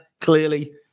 clearly